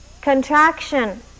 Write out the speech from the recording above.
Contraction